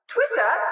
Twitter